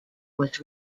was